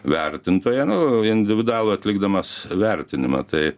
vertintoją nu individualų atlikdamas vertinimą tai